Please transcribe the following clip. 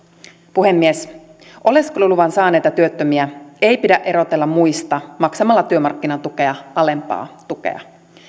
puhemies oleskeluluvan saaneita työttömiä ei pidä erotella muista maksamalla työmarkkinatukea alempaa tukea